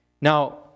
Now